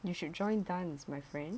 you should join dance my friend